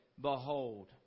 Behold